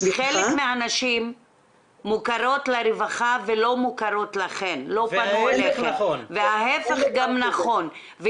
חלק מהנשים מוכרות לרווחה ולא פנו אליכם וההיפך גם נכון,